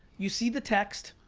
you see the text,